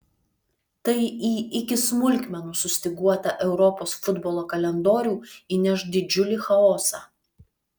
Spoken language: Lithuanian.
tai į iki smulkmenų sustyguotą europos futbolo kalendorių įneš didžiulį chaosą